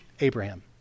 Abraham